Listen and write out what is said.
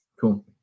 Cool